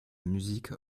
musique